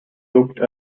looked